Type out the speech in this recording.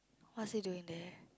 what's he doing there